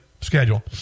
schedule